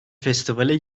festivale